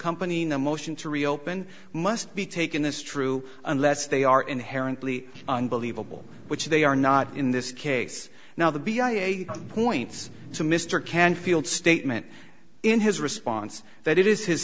companying a motion to reopen must be taken this true unless they are inherently unbelievable which they are not in this case now the b i a points to mr canfield statement in his response that it is his